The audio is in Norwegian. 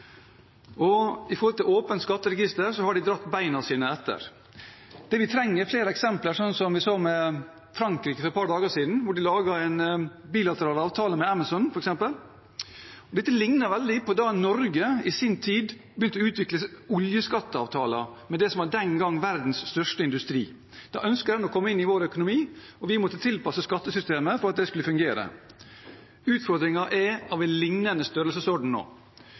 og når det gjelder åpent skatteregister, har de slept bena etter seg. Det vi trenger, er flere eksempler som Frankrike, som har laget en bilateral avtale med Amazon. Dette ligner veldig på da Norge i sin tid begynte å utvikle oljeskattavtaler med det som den gangen var verdens største industri. Da ønsket den å komme inn i vår økonomi, og vi måtte tilpasse skattesystemet for at det skulle fungere. Utfordringen er av en lignende størrelsesorden nå.